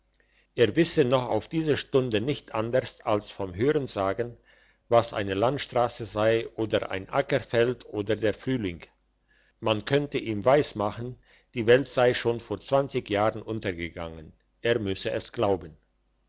er wisse noch auf diese stunde nicht anderst als vom hörensagen was eine landstrasse sei oder ein ackerfeld oder der frühling man könnte ihm weismachen die welt sei schon vor zwanzig jahren untergegangen er müsse es glauben